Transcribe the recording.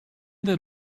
that